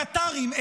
הקטרים,